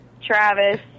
Travis